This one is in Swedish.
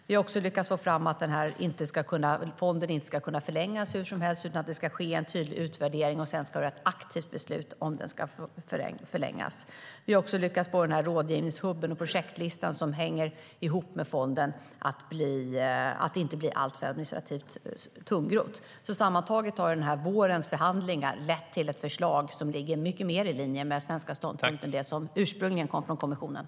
Vi har också lyckats få fram att fonden inte ska kunna förlängas hur som helst utan att det ska ske en tydlig utvärdering, och sedan ska det vara ett aktivt beslut om den ska förlängas. Vi har också lyckats få rådgivningshubben och projektlistan, som hänger ihop med fonden, att inte bli alltför administrativt tungrodd.